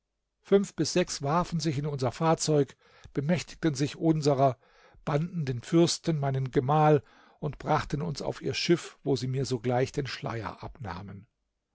fünf bis sechs warfen sich in unser fahrzeug bemächtigten sich unserer banden den fürsten meinen gemahl und brachten uns auf ihr schiff wo sie mir sogleich den schleier abnahmen